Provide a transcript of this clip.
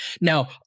Now